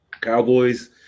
Cowboys